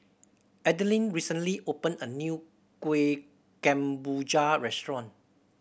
Adeline recently opened a new Kuih Kemboja restaurant